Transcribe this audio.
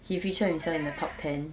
he feature himself in the top ten